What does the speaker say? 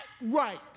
right